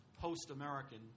post-American